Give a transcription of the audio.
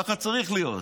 ככה צריך להיות.